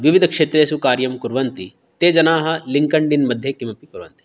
विविधक्षेत्रेषु कार्यं कुर्वन्ति ते जनाः लिङ्कण्डिन् मध्ये किमपि कुर्वन्ति